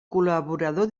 col·laborador